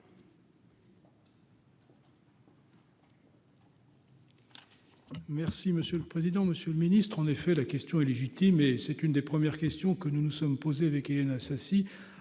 monsieur le président, Monsieur le Ministre, en effet, la question est légitime et c'est une des premières questions que nous nous sommes posés avec Éliane Assassi